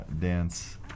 dance